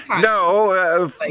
No